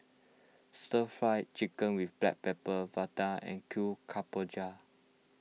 Stir Fry Chicken with Black Pepper Vadai and Kuih Kemboja